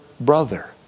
brother